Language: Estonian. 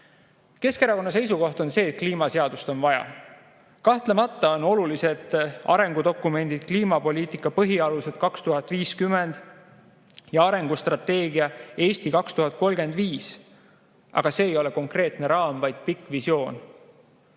Keskerakonna seisukoht on see, et kliimaseadust on vaja. Kahtlemata on olulised arengudokumendid "Kliimapoliitika põhialused [aastani] 2050" ja arengustrateegia "Eesti 2035". Aga see ei ole konkreetne raam, vaid pikk visioon.